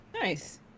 Nice